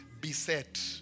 beset